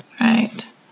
Right